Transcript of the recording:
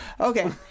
okay